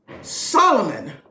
Solomon